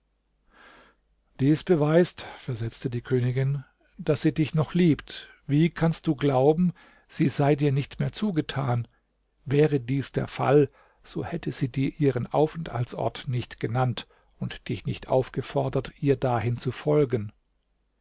dies beweist versetzte die königin daß sie dich noch liebt wie kannst du glauben sie sei dir nicht mehr zugetan wäre dies der fall so hätte sie dir ihren aufenthaltsort nicht genannt und dich nicht aufgefordert ihr dahin zu folgen